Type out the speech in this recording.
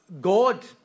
God